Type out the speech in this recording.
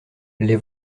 les